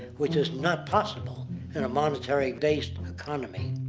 which is not possible in a monetary based economy.